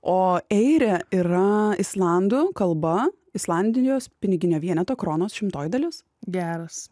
o airė yra islandų kalba islandijos piniginio vieneto kronos šimtoji dalis geras